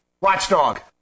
Watchdog